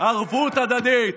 ערבות הדדית.